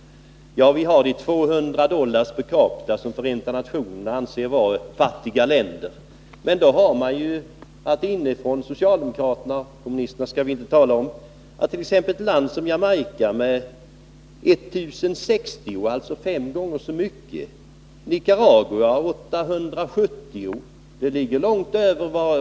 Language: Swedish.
Mindre än 200 dollar i medelinkomst är FN:s definition på fattiga länder. Jag ber då socialdemokraterna att betänka — kommunisterna skall vi inte tala om-— att motsvarande siffra för Jamaica är 1 060, alltså fem gånger så mycket. Nicaragua med 870 ligger också långt över.